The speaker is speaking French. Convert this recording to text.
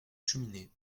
cheminée